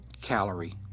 calorie